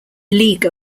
lega